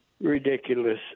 ridiculous